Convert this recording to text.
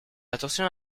attention